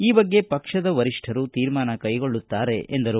ಈ ಬಗ್ಗೆ ಪಕ್ಷದ ವರಿಷ್ಠರು ತೀರ್ಮಾನ ಕೈಗೊಳ್ಳುತ್ತಾರೆ ಎಂದರು